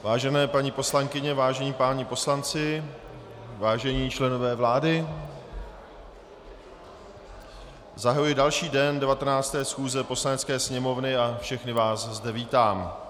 Vážené paní poslankyně, vážení páni poslanci, vážení členové vlády, zahajuji další den 19. schůze Poslanecké sněmovny a všechny vás zde vítám.